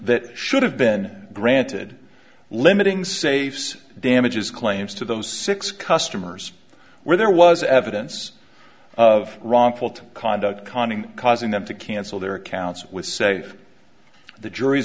that should have been granted limiting safes damages claims to those six customers where there was evidence of wrongful conduct conning causing them to cancel their accounts with say the jury's